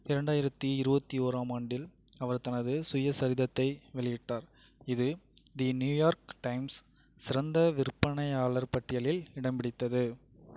இரண்டாயிரத்தி இருபத்தி ஓராம் ஆண்டில் அவர் தனது சுயசரிதத்தை வெளியிட்டார் இது தி நியூயார்க் டைம்ஸ் சிறந்த விற்பனையாளர் பட்டியலில் இடம்பிடித்தது